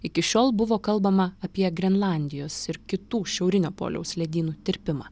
iki šiol buvo kalbama apie grenlandijos ir kitų šiaurinio poliaus ledynų tirpimą